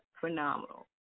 phenomenal